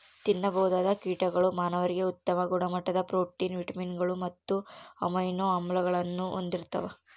ತಿನ್ನಬಹುದಾದ ಕೀಟಗಳು ಮಾನವರಿಗೆ ಉತ್ತಮ ಗುಣಮಟ್ಟದ ಪ್ರೋಟೀನ್, ವಿಟಮಿನ್ಗಳು ಮತ್ತು ಅಮೈನೋ ಆಮ್ಲಗಳನ್ನು ಹೊಂದಿರ್ತವ